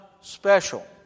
special